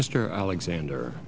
mr alexander